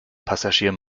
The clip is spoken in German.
passagier